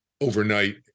overnight